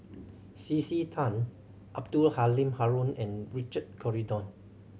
C C Tan Abdul Halim Haron and Richard Corridon